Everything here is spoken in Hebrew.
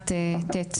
את ט',